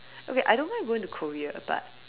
okay I don't mind going to Korea but